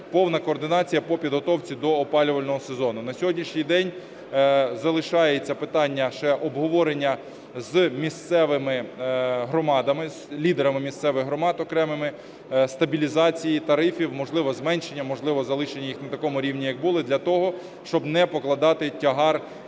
повна координація по підготовці до опалювального сезону. На сьогоднішній день залишається питання ще обговорення з місцевими громадами, з лідерами місцевих громад окремими, стабілізації тарифів, можливо зменшення, можливо залишення їх на такому рівні як були для того, щоб не покладати тягар